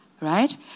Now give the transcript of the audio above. right